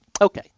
Okay